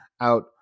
out